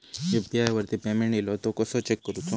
UPI वरती payment इलो तो कसो चेक करुचो?